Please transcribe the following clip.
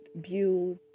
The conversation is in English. build